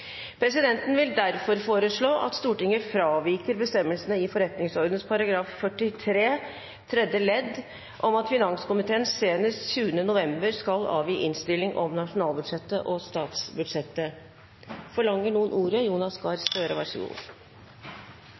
Presidenten vil derfor foreslå at Stortinget fraviker bestemmelsene i forretningsordenens § 43 tredje ledd om at finanskomiteen senest 20. november skal avgi innstilling om nasjonalbudsjettet og statsbudsjettet. Forlanger noen ordet?